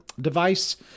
Device